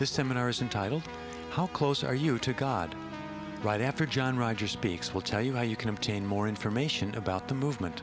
this seminars entitled how close are you to god right after john rogers speaks we'll tell you how you can obtain more information about the movement